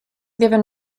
given